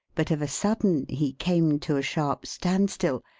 but of a sudden he came to a sharp standstill,